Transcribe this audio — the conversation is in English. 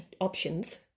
options